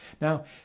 Now